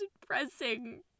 depressing